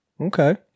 Okay